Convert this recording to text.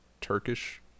Turkish